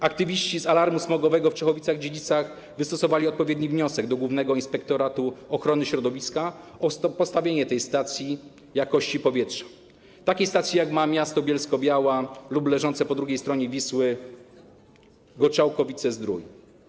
Aktywiści z Alarmu Smogowego Czechowice-Dziedzice wystosowali odpowiedni wniosek do Głównego Inspektoratu Ochrony Środowiska o postawienie tej stacji jakości powietrza, takiej stacji, jak ma miasto Bielsko-Biała lub leżące po drugiej stronie Wisły Goczałkowice-Zdrój.